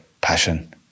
passion